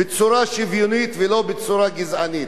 בצורה שוויונית ולא בצורה גזענית.